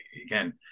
Again